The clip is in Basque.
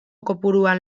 kopuruan